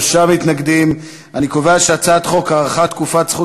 ההצעה להעביר את הצעת חוק הארכת תקופת זכות